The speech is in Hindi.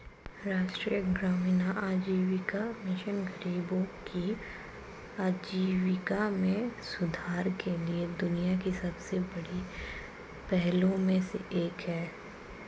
राष्ट्रीय ग्रामीण आजीविका मिशन गरीबों की आजीविका में सुधार के लिए दुनिया की सबसे बड़ी पहलों में से एक है